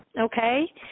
okay